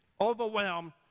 Overwhelmed